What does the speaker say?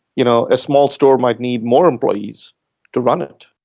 you know a small store might need more employees to run it.